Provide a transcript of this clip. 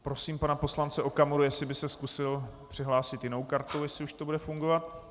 Prosím pana poslance Okamuru, jestli by se zkusil přihlásit jinou kartou, jestli už to bude fungovat.